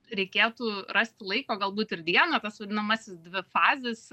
reikėtų rasti laiko galbūt ir dieną tas vadinamasis dvifazis